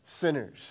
sinners